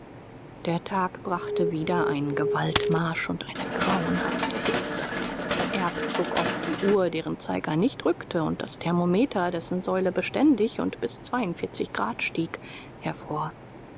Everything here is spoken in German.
der tag brachte wieder einen gewaltmarsch und eine grauenhafte hitze erb zog oft die uhr deren zeiger nicht rückte und das thermometer dessen säule beständig und bis grad stieg hervor